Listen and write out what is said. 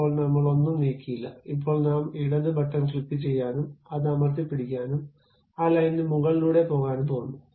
ഇപ്പോൾ നമ്മൾ ഒന്നും നീക്കിയില്ല ഇപ്പോൾ നാം ഇടത് ബട്ടൺ ക്ലിക്കുചെയ്യാനും അത് അമർത്തിപ്പിടിക്കാനും ആ ലൈനിന് മുകളിലൂടെ പോകാനും പോകുന്നു